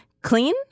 clean